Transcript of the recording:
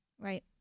Right